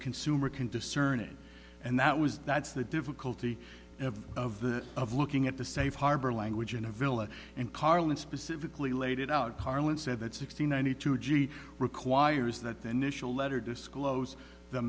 consumer can discern it and that was that's the difficulty of the of looking at the safe harbor language in a villa and carlin specifically laid it out carlin said that sixty ninety two g requires that the nischelle letter disclose the